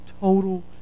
total